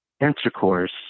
intercourse